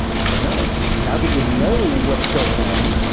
i don't know. now that you know what's going on,